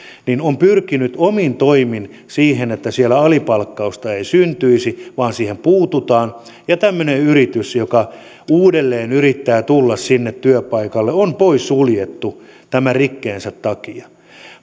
on pyrkinyt omin toimin siihen että siellä alipalkkausta ei syntyisi vaan siihen puututaan ja tämmöinen yritys joka uudelleen yrittää tulla sinne työpaikalle on poissuljettu tämän rikkeensä takia